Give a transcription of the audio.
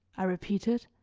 i repeated,